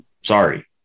sorry